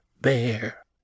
bear